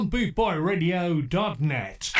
BootboyRadio.net